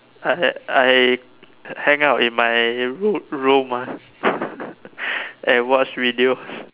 I I hang out in my room ah and watch video